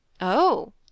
Oh